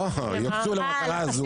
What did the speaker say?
לא, יוקצו למטרה הזו.